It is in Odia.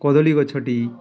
କଦଲୀ ଗଛଟି